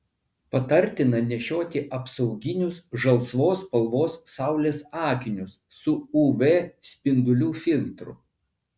patartina nešioti apsauginius žalsvos spalvos saulės akinius su uv spindulių filtru